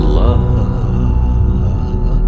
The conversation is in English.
love